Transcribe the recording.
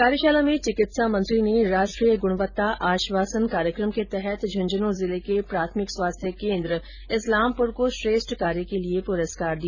कार्यशाला में चिकित्सा मंत्री ने राष्ट्रीय गुणवत्ता आश्वासन कार्यक्रम के तहत झूझन् जिले के प्राथमिक स्वास्थ्य केन्द्र इस्लामपूर को श्रेष्ठ कार्य के लिए पूरस्कार दिया